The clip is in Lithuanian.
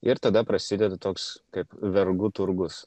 ir tada prasideda toks kaip vergų turgus